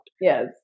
Yes